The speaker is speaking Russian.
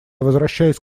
возвращаюсь